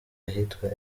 ahitwa